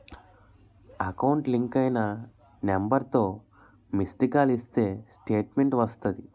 account link అయిన నెంబర్తో missed call ఇస్తే స్టేట్మెంటు వస్తాది